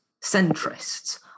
centrists